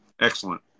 Excellent